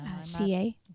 CA